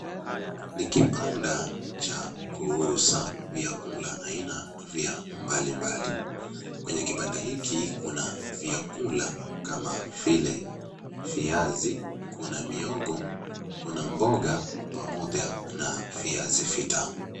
Ni kibanda cha kuuza vyakula vya aina mbalimbali, kwenye kibanda hiki kuna vyakula kama vile viazi, kuna miogo kuna mboga pamoja na viazi vitamu.